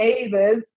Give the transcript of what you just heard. neighbors